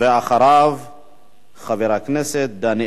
חבר הכנסת אורי אורבך מהבית היהודי, בבקשה, אדוני.